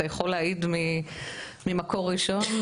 אתה יכול להעיד ממקור ראשון,